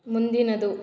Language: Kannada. ಮುಂದಿನದು